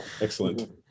Excellent